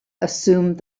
assumed